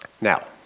Now